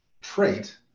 trait